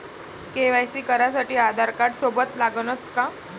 KYC करासाठी आधारकार्ड सोबत लागनच का?